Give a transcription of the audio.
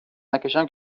نکشم